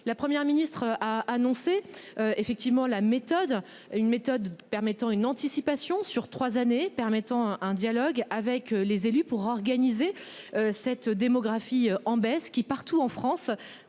La Première ministre a annoncé effectivement la méthode, une méthode permettant une anticipation sur 3 années, permettant un dialogue avec les élus pour organiser. Cette démographie en baisse qui partout en France.